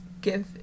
give